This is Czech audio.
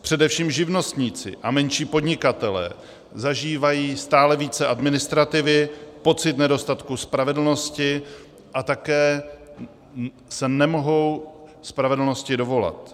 Především živnostníci a menší podnikatelé zažívají stále více administrativy, pocit nedostatku spravedlnosti a také se nemohou spravedlnosti dovolat.